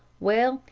well,